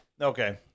Okay